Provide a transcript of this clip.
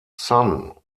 sun